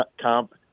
comp